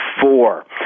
four